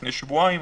לפני שבועיים,